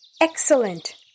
excellent